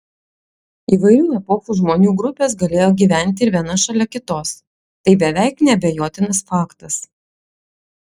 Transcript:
įvairių epochų žmonių grupės galėjo gyventi ir viena šalia kitos tai beveik neabejotinas faktas